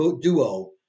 duo